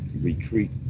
retreat